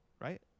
right